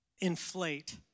inflate